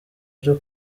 byo